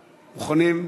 מוכנים?